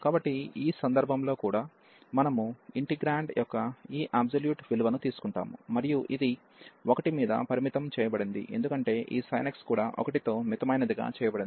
కాబట్టి ఈ సందర్భంలో కూడా మనము ఇంటిగ్రాండ్ యొక్క ఈ అబ్సొల్యూట్ విలువను తీసుకుంటాము మరియు ఇది 1 మీద పరిమితం చేయబడింది ఎందుకంటే ఈ sin x కూడా 1 తో మితమైనదిగా చేయబడింది